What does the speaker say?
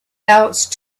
else